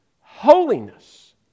holiness